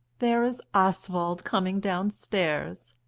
there is oswald coming downstairs.